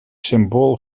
symbool